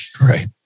Right